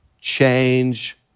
change